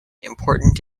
important